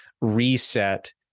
reset